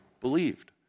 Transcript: believed